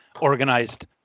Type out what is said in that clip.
organized